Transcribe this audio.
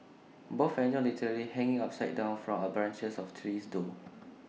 both enjoy literally hanging upside down from branches of trees though